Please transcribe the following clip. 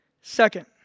Second